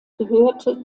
gehörte